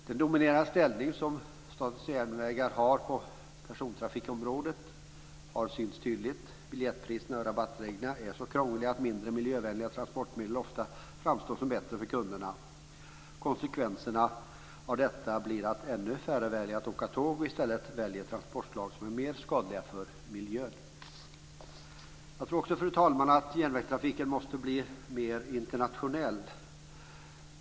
Den dominerande ställning som SJ har på persontrafikområdet har synts tydligt. Biljettpriserna och rabattreglerna är så krångliga att mindre miljövänliga transportmedel ofta framstår som bättre för kunderna. Konsekvenserna av detta blir att ännu färre väljer att åka tåg och i stället väljer transportslag som är mer skadliga för miljön. Fru talman! Jag tror också att järnvägstrafiken måste bli mer internationell.